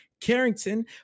Carrington